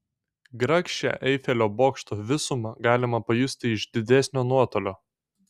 grakščią eifelio bokšto visumą galima pajusti iš didesnio nuotolio